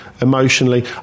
emotionally